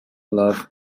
love